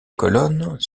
colonnes